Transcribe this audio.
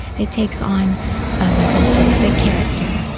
it takes on like a voice, a character.